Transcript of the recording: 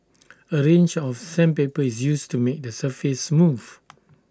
A range of sandpaper is used to make the surface smooth